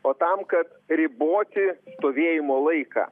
o tam kad riboti stovėjimo laiką